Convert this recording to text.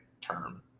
term